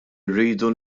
rridu